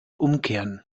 umkehren